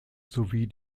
sowie